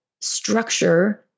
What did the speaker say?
structure